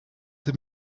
they